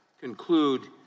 conclude